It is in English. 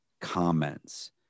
Comments